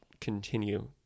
continue—